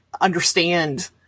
understand